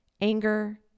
anger